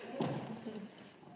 Hvala